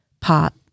pop